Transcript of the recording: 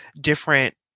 different